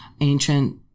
ancient